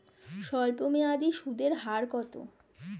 স্বল্পমেয়াদী সুদের হার কত?